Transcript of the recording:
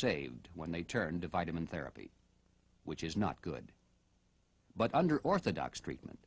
saved when they turn to vitamin therapy which is not good but under orthodox treatment